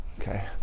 Okay